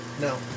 No